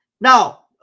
Now